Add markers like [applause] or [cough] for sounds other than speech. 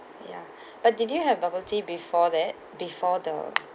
ya [breath] but did you have bubble tea before that before the